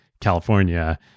California